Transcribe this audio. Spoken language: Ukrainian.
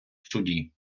суді